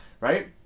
right